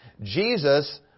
Jesus